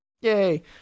Yay